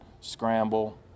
scramble